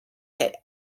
hit